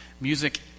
music